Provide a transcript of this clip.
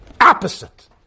Opposite